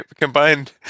Combined